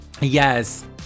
yes